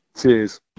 Cheers